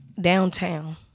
Downtown